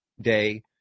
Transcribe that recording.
day